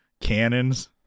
cannons